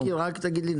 רק תגיד לי,